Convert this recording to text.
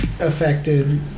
affected